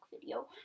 video